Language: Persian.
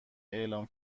اعلام